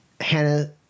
Hannah